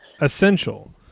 essential